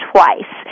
Twice